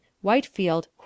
Whitefield